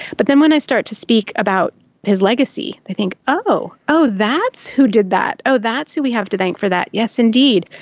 but then when i start to speak about his legacy, they think, oh, that's who did that, oh, that's who we have to thank for that, yes indeed.